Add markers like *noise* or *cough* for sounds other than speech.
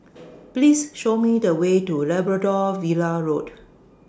*noise* Please Show Me The Way to Labrador Villa Road